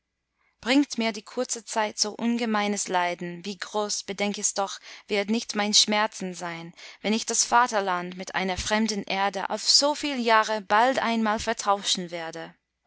bringt mir die kurze zeit so ungemeines leiden wie groß bedenk es doch wird nicht mein schmerzen sein wenn ich das vaterland mit einer fremden erde auf soviel jahre bald einmal vertauschen werde